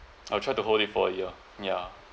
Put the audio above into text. I'll try to hold it for a year ya